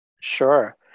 Sure